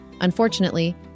Unfortunately